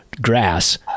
grass